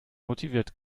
motiviert